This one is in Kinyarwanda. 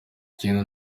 ikindi